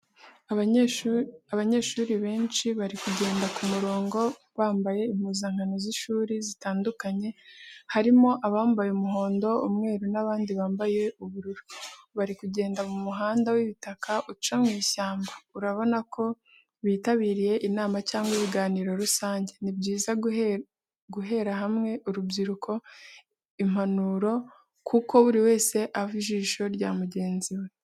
Abanyeshuri benshi bari kugenda ku murongo, bambaye impuzankano z’ishuri zitandukanye, harimo abambaye umuhondo, umweru n'abandi bambaye ubururu. Bari kugenda mu muhanda w'ibitaka uca mu ishyamba, urabona ko bitabiriye inama cyangwa ibiganiro rusange. Ni byiza guhera hamwe urubyiruko impanuro, kuko buri wese aba ijisho rya mugenzi we.